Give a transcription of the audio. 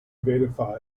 verified